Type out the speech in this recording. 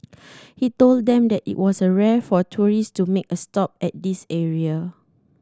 he told them that it was a rare for tourist to make a stop at this area